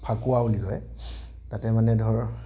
ফাকুৱা বুলি কয় তাতে মানে ধৰক